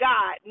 God